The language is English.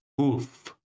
Oof